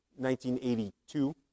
1982